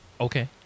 Okay